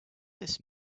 this